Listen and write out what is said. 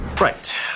Right